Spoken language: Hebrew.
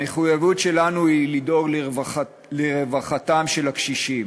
המחויבות שלנו היא לדאוג לרווחתם של הקשישים.